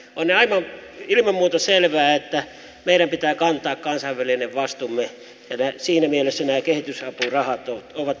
on ilman muuta selvää että meidän pitää kantaa kansainvälinen vastuumme ja siinä mielessä nämä kehitysapurahat ovat tärkeitä